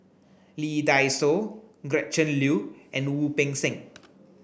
Lee Dai Soh Gretchen Liu and Wu Peng Seng